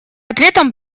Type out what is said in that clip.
ответом